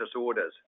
orders